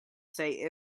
say